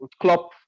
Klopp